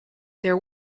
there